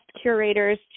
curators